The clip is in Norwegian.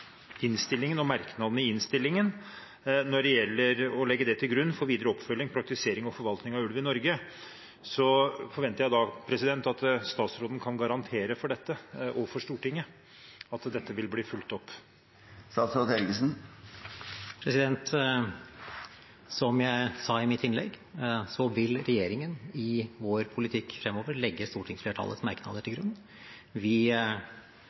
innstillingen, hvor Stortinget veldig tydelig ber regjeringen følge opp innstillingen og merknadene i innstillingen og legge det til grunn for videre oppfølging, praktisering og forvaltning av ulv i Norge, forventer jeg at statsråden kan garantere for dette overfor Stortinget, at dette vil bli fulgt opp. Som jeg sa i mitt innlegg, vil regjeringen i vår politikk fremover legge stortingsflertallets merknader til grunn. Vi